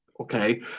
Okay